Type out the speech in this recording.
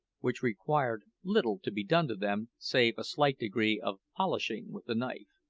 which required little to be done to them save a slight degree of polishing with the knife.